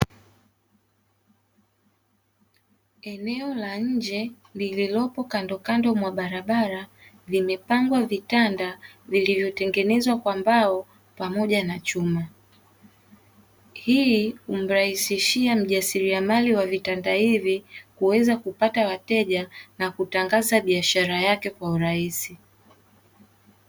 Eneo la nje lililopo kandokando mwa barabara limepangwa vitanda vilivyotengenezwa kwa mbao pamoja na chuma. Hii humrahisishia mjasiriamali wa vitanda hivi, kuweza kupata wateja na kutangaza biashara yake kwa urahisi.